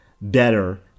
better